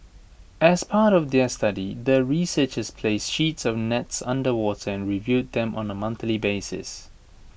as part of their study the researchers placed sheets of nets underwater and reviewed them on A monthly basis